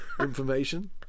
Information